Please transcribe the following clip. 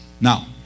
Now